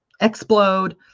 explode